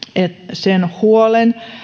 sen huolen